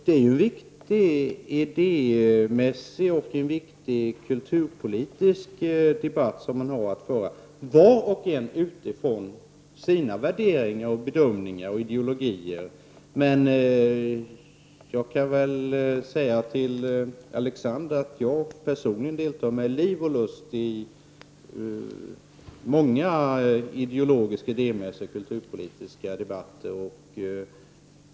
Det är en viktig idémässig och kulturpolitisk debatt vi har att föra, var och en utifrån sina värderingar och bedömningar och ideologier. Jag kan väl säga till Alexander Chrisopoulos att jag personligen deltar med liv och lust i många ideologiska och idémässiga och kulturpolitiska debatter.